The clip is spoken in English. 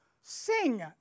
sing